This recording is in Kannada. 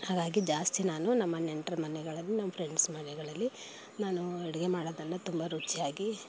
ಹಾಗಾಗಿ ಜಾಸ್ತಿ ನಾನು ನಮ್ಮ ನೆಂಟರು ಮನೆಗಳಲ್ಲಿ ನಮ್ಮ ಫ್ರೆಂಡ್ಸ್ ಮನೆಗಳಲ್ಲಿ ನಾನು ಅಡುಗೆ ಮಾಡೋದನ್ನು ತುಂಬ ರುಚಿಯಾಗಿ